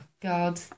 God